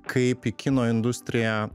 kaip į kino industriją